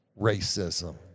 racism